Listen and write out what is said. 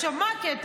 עכשיו, מה הקטע?